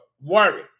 worry